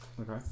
Okay